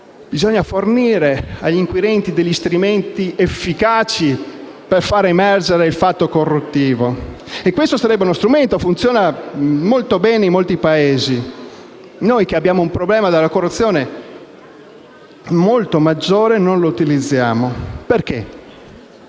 per fornire agli inquirenti degli strumenti efficaci per fare emergere il fatto corruttivo. E questo é uno strumento che funziona molto bene in molti Paesi e noi, che abbiamo un problema della corruzione maggiore, invece non lo utilizziamo. Perché?